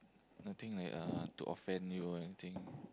nothing like uh to offend you or anything